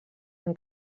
amb